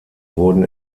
wurden